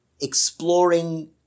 exploring